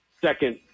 second